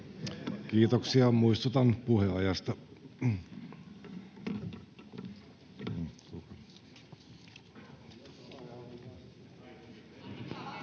Kiitoksia. — Muistutan puheajasta.